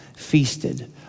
feasted